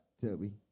Toby